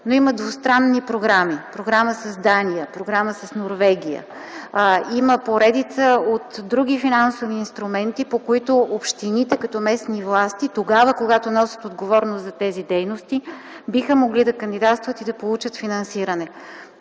Но има двустранни програми: програма с Дания, програма с Норвегия. Има поредица от други финансови инструменти, по които общините като местни власти, когато носят отговорност за тези дейности, биха могли да кандидатстват и да получат финансиране.